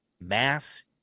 mass